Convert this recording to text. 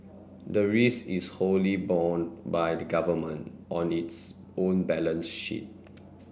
the risk is wholly borne by the Government on its own balance sheet